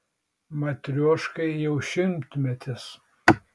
matrioškai jau šimtmetis